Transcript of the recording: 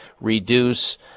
reduce